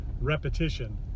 repetition